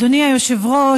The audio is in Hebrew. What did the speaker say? אדוני היושב-ראש,